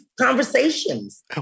conversations